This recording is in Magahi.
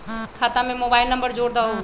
खाता में मोबाइल नंबर जोड़ दहु?